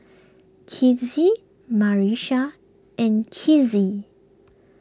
Kizzie Marsha and Kizzie